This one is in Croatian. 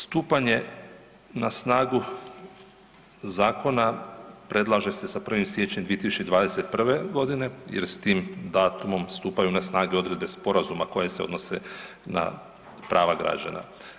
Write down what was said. Stupanje na snagu zakona predlaže se sa 1. siječnja 2021.g. jer s tim datumom stupaju na snagu i odredbe sporazuma koje se odnosu prava građana.